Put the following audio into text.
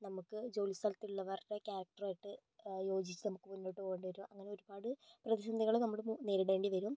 നമ്മക്ക് ജോലിസ്ഥലത്ത് ഉള്ളവരുടെ ക്യാരക്ടറുമായിട്ട് യോജിച്ച് നമുക്ക് മുന്നോട്ട് പോകേണ്ടി വരിക അങ്ങനെ ഒരുപാട് പ്രതിസന്ധികൾ നമ്മൾ നേരിടേണ്ടി വരും